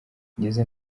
ngeze